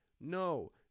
No